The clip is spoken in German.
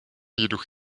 jedoch